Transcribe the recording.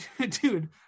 Dude